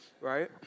Right